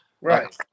Right